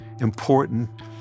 important